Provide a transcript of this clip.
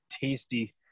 tasty